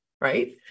right